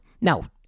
Now